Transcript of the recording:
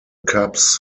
cubs